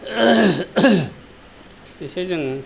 एसे जों